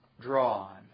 drawn